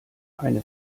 eine